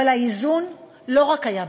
אבל האיזון לא היה רק בזה.